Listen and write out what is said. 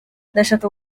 ndashaka